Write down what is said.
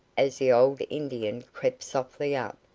as the old indian crept softly up,